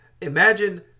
Imagine